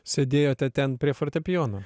sėdėjote ten prie fortepijono